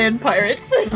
pirates